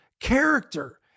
character